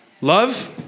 Love